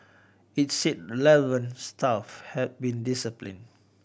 it said relevant staff had been disciplined